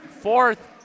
fourth